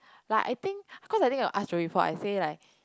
like I think cause I think got ask Joey before I say like